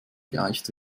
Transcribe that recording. geeicht